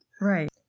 Right